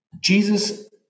jesus